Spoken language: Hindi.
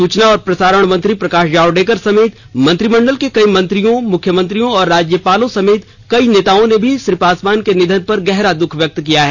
सूचना और प्रसारण मंत्री प्रकाश जावडेकर सहित मंत्रिमंडल के कई मंत्रियों मुख्यमंत्रियों और राज्यपालों सहित कई नेताओं ने भी श्री पासवान के निधन पर दुख व्यक्त किया है